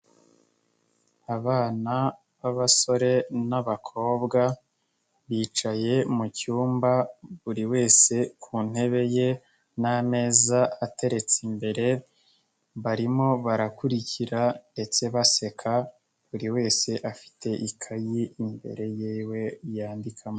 Abana b'abasore n'abakobwa, bicaye mu cyumba buri wese ku ntebe ye n'ameza ateretse imbere, barimo barakurikira ndetse baseka, buri wese afite ikayi imbere y'iwe yandikamo.